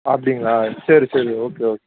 அப்படிங்களா சரி சரி ஓகே ஓகே